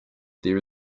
there